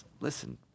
Listen